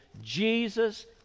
Jesus